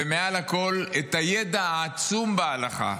ומעל הכול את הידע העצום בהלכה,